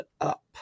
up